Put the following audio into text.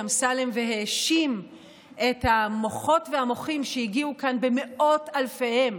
אמסלם והאשים את המוחות והמוחים שהגיעו לכאן במאות אלפיהם